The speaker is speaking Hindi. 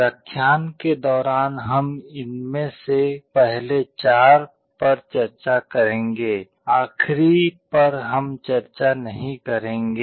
व्याख्यान के दौरान हम इनमें से पहले चार पर चर्चा करेंगे आखिरी पर हम चर्चा नहीं करेंगे